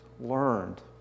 Learned